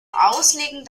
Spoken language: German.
auslegen